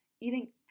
eating